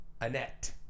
annette